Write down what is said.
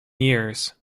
years